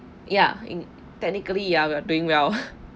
ya in technically ya we are doing well